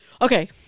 okay